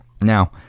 Now